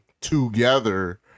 together